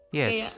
yes